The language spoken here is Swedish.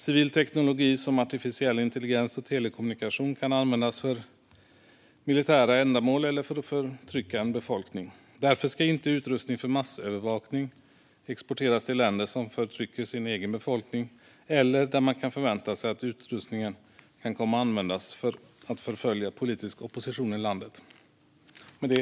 Civil teknologi som artificiell intelligens och telekommunikation kan användas för militära ändamål eller för att förtrycka en befolkning. Därför ska inte utrustning för massövervakning exporteras till länder som förtrycker sin egen befolkning eller där man kan förvänta sig att utrustningen kan komma att användas för att förfölja politisk opposition i landet.